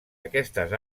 aquestes